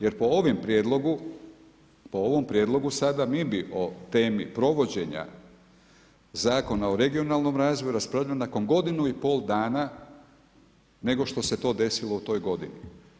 Jer po ovom prijedlogu sada mi bi o temi provođenja Zakona o regionalnom razvoju raspravljali nakon godinu i pol dana nego što se to desilo u toj godini.